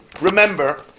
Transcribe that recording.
Remember